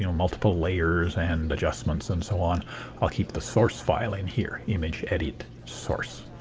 you know multiple layers and adjustments and so on i'll keep the source file in here, image edit source.